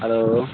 hello